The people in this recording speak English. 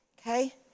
Okay